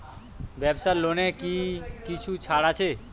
ব্যাবসার লোনে কি কিছু ছাড় আছে?